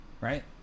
right